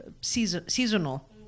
seasonal